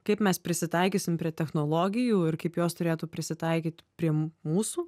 kaip mes prisitaikysim prie technologijų ir kaip jos turėtų prisitaikyti prie mūsų